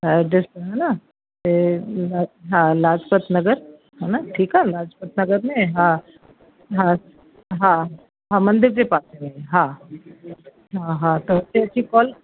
address पियो न ऐं लाज हा लाजपात नगर हा न ठीकु आहे लाजपत नगर में हा हा हा मंदर जे पासे में हा हा हा त हुते अची कॉल कयो